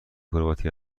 کرواتی